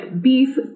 beef